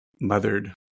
mothered